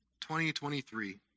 2023